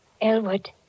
Elwood